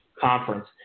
conference